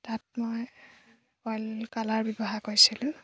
তাত মই অইল কালাৰ ব্যৱহাৰ কৰিছিলোঁ